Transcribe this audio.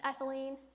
ethylene